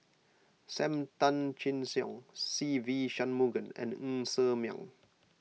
Sam Tan Chin Siong Se Ve Shanmugam and Ng Ser Miang